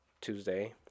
Tuesday